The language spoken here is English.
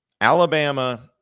Alabama